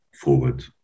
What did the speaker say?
forward